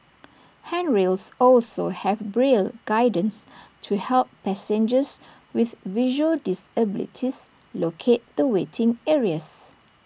handrails also have braille guidance to help passengers with visual disabilities locate the waiting areas